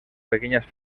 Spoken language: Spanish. pequeñas